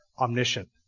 omniscient